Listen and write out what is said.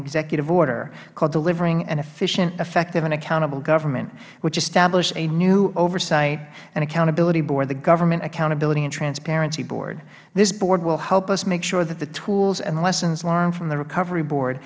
executive order called delivering an efficient effective and accountable government which establishes a new oversight and accountability board the government accountability and transparency board this board will help us make sure that the tools and lessons learned from the recovery board